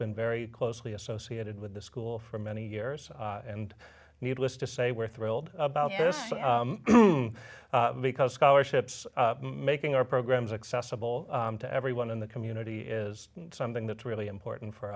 been very closely associated with the school for many years and needless to say we're thrilled about this because scholarships making our programs accessible to everyone in the community is something that's really important for